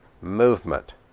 movement